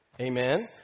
Amen